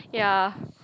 ya